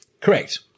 Correct